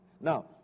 Now